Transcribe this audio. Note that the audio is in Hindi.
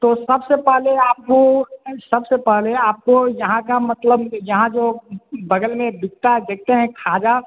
तो सबसे पहले आपको सबसे पहले आपको यहाँ का मतलब यहाँ जो बगल में बिकता है देखते हैं खाजा